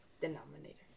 denominator